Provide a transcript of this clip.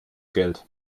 geld